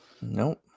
Nope